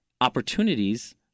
opportunities